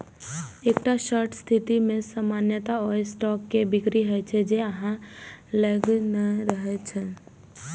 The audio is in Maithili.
एकटा शॉर्ट स्थिति मे सामान्यतः ओइ स्टॉक के बिक्री होइ छै, जे अहां लग नहि रहैत अछि